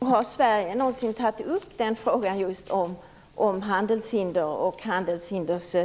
Herr talman! Har Sverige någonsin tagit upp frågan om handelshindren och handelshindrens